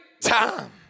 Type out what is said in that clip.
time